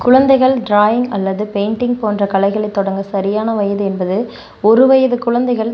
குழந்தைகள் ட்ராயிங் அல்லது பெயிண்டிங் போன்றக் கலைகளைத் தொடங்கச் சரியான வயது என்பது ஒரு வயதுத் குழந்தைகள்